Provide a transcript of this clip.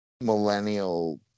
millennial